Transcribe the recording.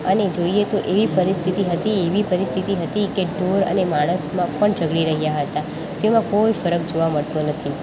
અને જોઈએ તો એવી પરિસ્થિતિ હતી એવી પરિસ્થિતિ હતી કે ઢોર અને માણસમાં પણ ઝઘડી રહ્યા હતા તેમાં કોઈ ફરક જોવા મળતો નથી